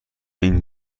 این